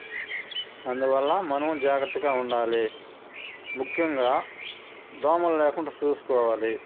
అందువల్ల మనం జాగ్రత్తగా ఉండాలి ముఖ్యంగా దోమలు లేకుండా చూసుకోవాలి